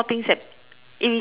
irritates you